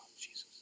Jesus